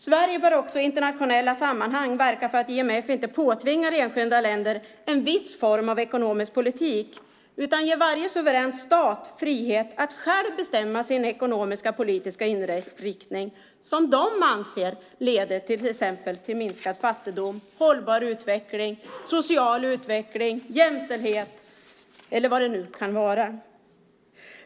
Sverige bör också i internationella sammanhang verka för att IMF inte påtvingar enskilda länder en viss form av ekonomisk politik utan ger varje suverän stat frihet att själv bestämma sin ekonomiska och politiska inriktning som man där anser leder till exempelvis minskad fattigdom, hållbar utveckling, social utveckling, jämställdhet eller vad det nu kan vara.